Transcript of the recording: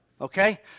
okay